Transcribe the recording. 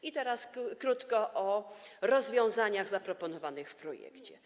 I teraz krótko o rozwiązaniach zaproponowanych w projekcie.